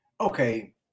okay